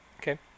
Okay